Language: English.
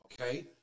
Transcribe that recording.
Okay